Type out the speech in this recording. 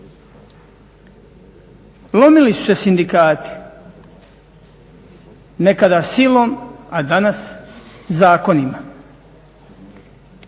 Lomili su se sindikati, nekada silom, a danas zakonima.